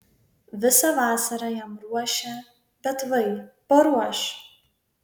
visą vasarą jam ruošia bet vai paruoš